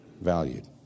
valued